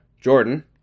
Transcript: Jordan